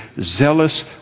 zealous